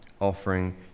offering